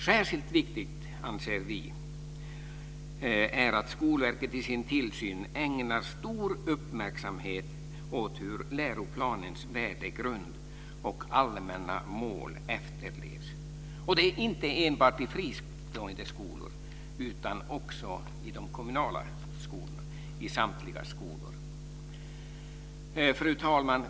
Särskilt viktigt är, anser vi, att Skolverket i sin tillsyn ägnar stor uppmärksamhet åt hur läroplanens värdegrund och allmänna mål efterlevs, och det inte enbart i fristående skolor utan i samtliga skolor.